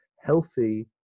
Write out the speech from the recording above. healthy